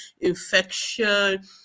infection